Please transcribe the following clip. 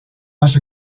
pas